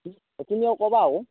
তুমি মোক ক'বা আৰু